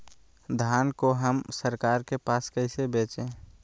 धान को हम सरकार के पास कैसे बेंचे?